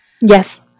Yes